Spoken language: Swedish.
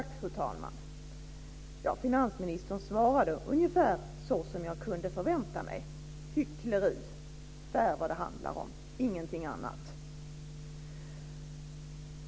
Fru talman! Finansministern svarade ungefär så som jag kunde förvänta mig - hyckleri. Det är vad det handlar om, ingenting annat.